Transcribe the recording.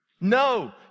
No